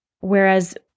Whereas